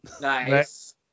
Nice